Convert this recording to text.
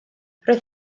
roedd